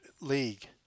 league